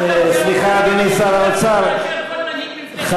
טוב יותר מאשר כל מנהיג של מפלגת העבודה.